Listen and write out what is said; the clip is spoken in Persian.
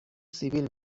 سیبیل